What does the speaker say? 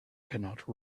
cannot